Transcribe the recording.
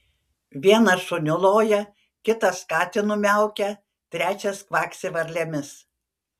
vienas šuniu loja kitas katinu miaukia trečias kvaksi varlėmis